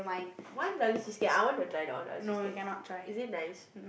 one dollar cheesecake I want to try that one dollar cheesecake is it nice